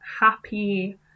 happy